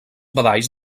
badalls